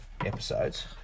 episodes